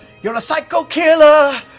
you're a psycho killer,